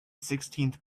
sixteenth